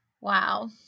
Wow